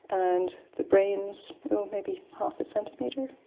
and the brain's, well maybe half a centimetre,